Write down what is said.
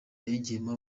yagiyemo